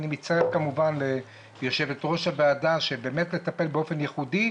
אני מצטרף ליושבת-ראש הוועדה שבאמת תטפל באופן ייחודי,